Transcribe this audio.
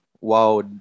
wow